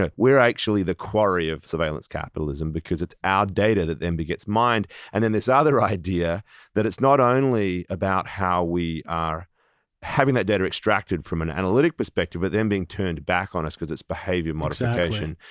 ah we're actually the quarry of surveillance capitalism, because it's our data that and but gets mined and then this other idea that it's not only about how we are having that data extracted from an analytic perspective, but then being turned back on us because it's behavior modification.